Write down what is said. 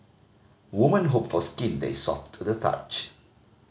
women hope for skin that is soft to the touch